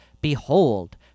behold